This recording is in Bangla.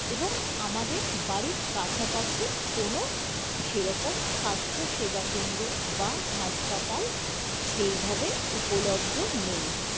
এবং আমাদের বাড়ির কাছাকাছি কোনো সেরকম স্বাস্থ্যসেবাকেন্দ্র বা হাসপাতাল সেইভাবে উপলব্ধ নেই